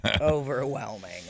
overwhelming